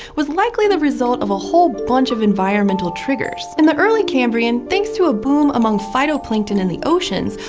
was likely the result of a whole bunch of environmental triggers. in the early cambrian, thanks to a boom among phytoplankton in the oceans,